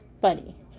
funny